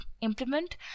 implement